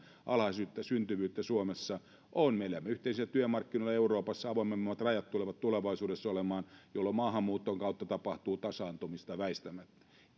alhaista syntyvyyttä suomessa me elämme yhteisillä työmarkkinoilla euroopassa ja rajat tulevat tulevaisuudessa olemaan avoimemmat jolloin maahanmuuton kautta tapahtuu tasaantumista väistämättä